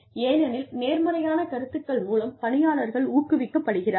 ஏனெனில் நேர்மறையான கருத்துக்கள் மூலம் பணியாளர்கள் ஊக்குவிக்கப்படுகிறார்கள்